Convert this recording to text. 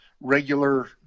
regular